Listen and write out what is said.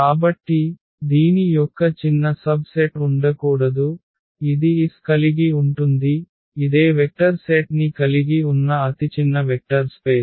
కాబట్టి దీని యొక్క చిన్న సబ్ సెట్ ఉండకూడదు ఇది s కలిగి ఉంటుంది ఇదే వెక్టర్ సెట్ ని కలిగి ఉన్న అతిచిన్న వెక్టర్ స్పేస్